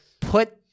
put